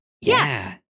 Yes